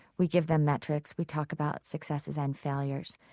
we give them metrics. we talk about successes and failures.